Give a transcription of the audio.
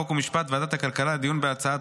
חוק ומשפט וועדת הכלכלה לדיון בהצעת